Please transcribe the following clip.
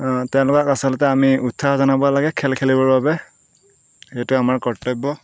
তেওঁলোকক আচলতে আমি উৎসাহ জনাব লাগে খেল খেলিবৰ বাবে সেইটোৱেই আমাৰ কৰ্তব্য